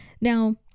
Now